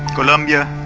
colombia,